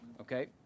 okay